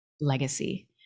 legacy